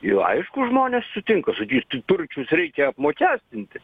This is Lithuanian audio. i aišku žmonės sutinka sakys tai turčius reikia apmokestinti